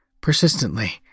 persistently